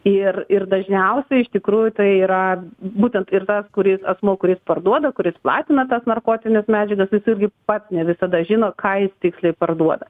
ir ir dažniausia iš tikrųjų tai yra būtent ir tas kuris asmuo kuris parduoda kuris platina tas narkotines medžiagas jis irgi pats ne visada žino ką jis tiksliai parduoda